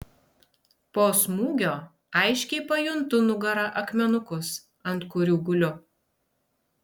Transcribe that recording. po smūgio aiškiai pajuntu nugara akmenukus ant kurių guliu